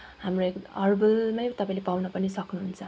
हाम्रो हर्बलमै तपाईँले पाउन पनि सक्नुहुन्छ